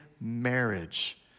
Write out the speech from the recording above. marriage